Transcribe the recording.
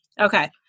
Okay